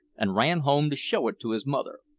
an' ran home to show it to his mother.